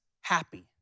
happy